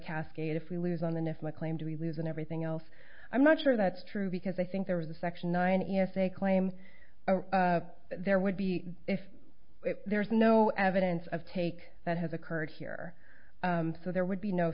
cascade if we lose on than if i claim to be losing everything else i'm not sure that's true because i think there was a section nine s a claim there would be if there is no evidence of take that has occurred here so there would be no